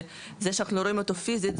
זה שאנחנו לא רואים אותו פיזית,